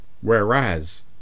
Whereas